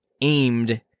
aimed